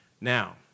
Now